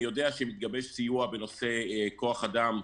אני יודע שמתגבש סיוע בנושא כוח אדם,